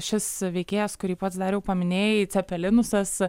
šis veikėjas kurį pats dariau paminėjai cepelinusas